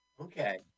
Okay